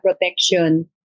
protection